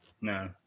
No